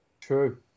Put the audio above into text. true